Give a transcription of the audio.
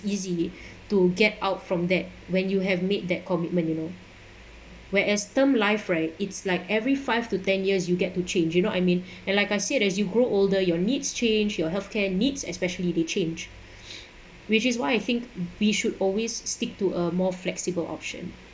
easy to get out from that when you have made that commitment you know whereas term life right it's like every five to ten years you'll get to change you know I mean and like I said as you grow older your needs change your health care needs especially they change which is why I think we should always stick to a more flexible option